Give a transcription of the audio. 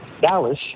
Dallas